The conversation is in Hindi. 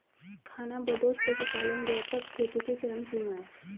खानाबदोश पशुपालन व्यापक खेती की चरम सीमा है